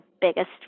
biggest